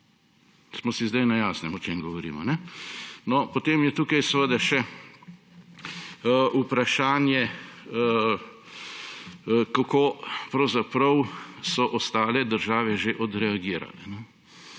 Smo si zdaj na jasnem, o čem govorimo. Potem je tukaj še vprašanje, kako pravzaprav so ostale države že odreagirale.